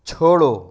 छोड़ो